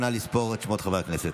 נא לספור את שמות חברי הכנסת.